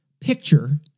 picture